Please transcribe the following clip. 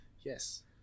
Yes